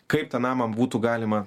kaip tą namą būtų galima